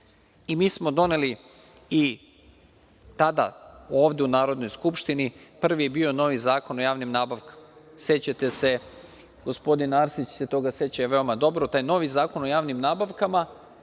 i mi smo doneli i tada, ovde u Narodnoj skupštini prvi je bio novi Zakon o javnim nabavkama. Sećate se, gospodin Arsić se toga seća veoma dobro, taj novi Zakon o javnim nabavkama